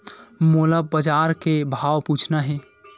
मोला बजार के भाव पूछना हे?